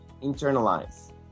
internalize